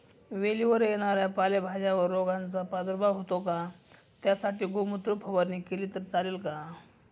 वेलीवर येणाऱ्या पालेभाज्यांवर रोगाचा प्रादुर्भाव होतो का? त्यासाठी गोमूत्र फवारणी केली तर चालते का?